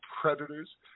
predators